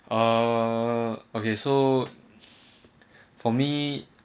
uh okay so for me